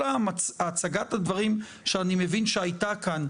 כל הצגת הדברים שאני מבין שהייתה כאן,